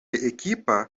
equipa